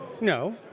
No